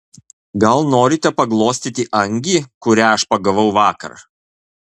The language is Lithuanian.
gal norite paglostyti angį kurią aš pagavau vakar